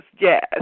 yes